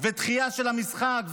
ודחייה של המשחק,